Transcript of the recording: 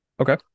Okay